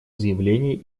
заявление